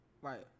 Right